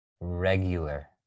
Regular